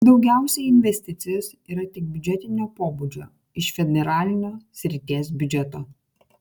daugiausiai investicijos yra tik biudžetinio pobūdžio iš federalinio srities biudžeto